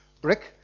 Brick